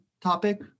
topic